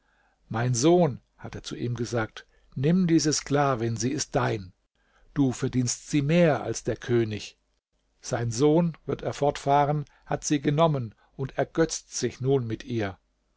mein sohn hat er zu ihm gesagt nimm diese sklavin sie ist dein du verdienst sie mehr als der könig sein sohn wird er fortfahren hat sie genommen und ergötzt sich nun mit ihr